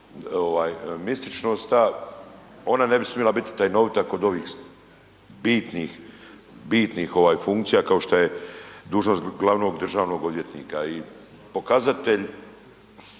mističnost ta, ona ne bi smjela biti tajnovita kod ovih bitnih, bitnih funkcija kao što je dužnost glavnog državnog odvjetnika. I pokazatelj